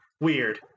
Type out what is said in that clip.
weird